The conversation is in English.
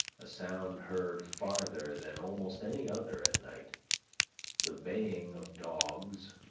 a sound heard farther than almost any other at night the baying of dogs,